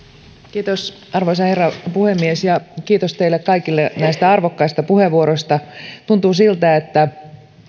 arvoisa herra puhemies kiitos teille kaikille näistä arvokkaista puheenvuoroista tuntuu siltä että